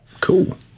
Cool